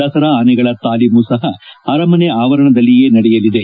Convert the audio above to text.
ದಸರಾ ಆನೆಗಳ ತಾಲೀಮು ಸಹ ಅರಮನೆ ಆವರಣದಲ್ಲಿಯೇ ನಡೆಯಲಿದೆ